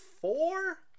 four